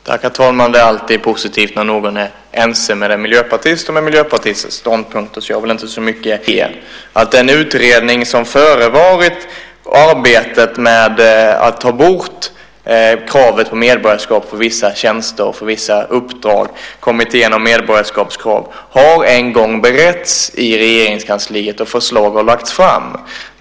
Herr talman! Det är alltid positivt när någon är ense med en miljöpartist och med Miljöpartiets ståndpunkter, så jag har väl inte så mycket att erinra mer än det att den utredning som förevarit arbetet med att ta bort kravet på medborgarskap för vissa tjänster och vissa uppdrag, betänkandet från Kommittén om medborgarskapskrav, har en gång beretts i Regeringskansliet, och förslag har lagts fram.